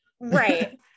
Right